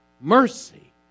mercy